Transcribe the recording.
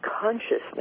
consciousness